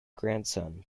grandson